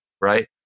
right